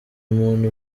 umuntu